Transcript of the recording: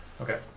Okay